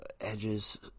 Edges